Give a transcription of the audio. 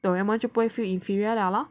Doraemon 就不会 feel inferior liao lor